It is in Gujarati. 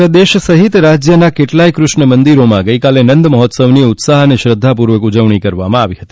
સમગ્ર દેશ સહિત રાજ્યના કેટલાય કૃષ્ણ મંદિરોમાં ગઈકાલે નંદ મહોત્સવની ઉત્સાહ અને શ્રધ્ધાપૂર્વક ઉવજણી કરવામાં આવી હતી